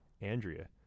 andrea